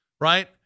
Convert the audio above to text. right